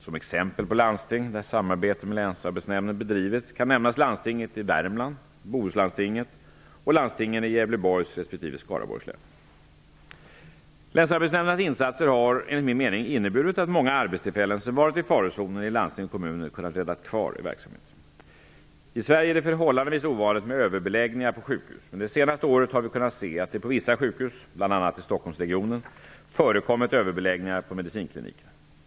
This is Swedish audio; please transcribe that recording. Som exempel på landsting där samarbete med länsarbetsnämnden bedrivits kan nämnas landstinget i Värmland, Bohuslandstinget och landstingen i Gävleborgs respektive Skaraborgs län. Länsarbetsnämndernas insatser har -- enligt min mening -- inneburit att många arbetstillfällen som varit i farozonen i landsting och kommuner kunnat räddas kvar i verksamheten. I Sverige är det förhållandevis ovanligt med överbeläggningar på sjukhus, men det senaste året har vi kunnat se att det på vissa sjukhus, bl.a. i Stockholmsregionen, förekommit överbeläggningar på medicinklinikerna.